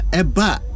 eba